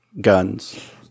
guns